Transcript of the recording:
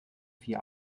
vier